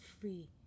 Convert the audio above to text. free